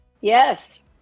yes